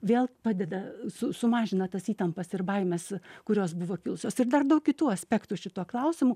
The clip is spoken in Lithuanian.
vėl padeda su sumažina tas įtampas ir baimes kurios buvo kilusios ir dar daug kitų aspektų šituo klausimu